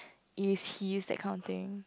if he is that kind of thing